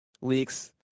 leaks